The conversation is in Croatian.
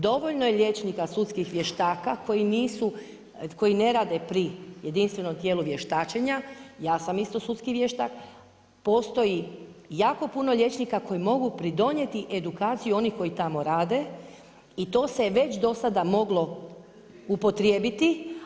Dovoljno je liječnika sudskih vještaka koji ne rade pri jedinstvenom tijelu vještačenja, ja sam isto sudski vještak, postoji jako puno liječnika koji mogu pridonijeti edukciji onih koji tamo rade i to se je već do sada moglo upotrijebiti.